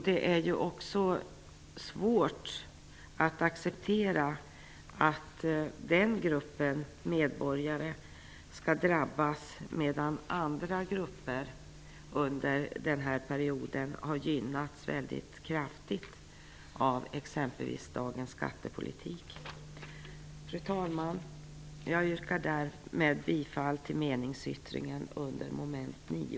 Det är också svårt att acceptera att den gruppen medborgare skall drabbas medan andra grupper har gynnats mycket kraftigt under samma period, exempelvis av dagens skattepolitik. Fru talman! Jag yrkar därmed bifall till meningsyttringen under mom. 9.